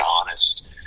honest